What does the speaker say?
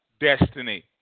Destiny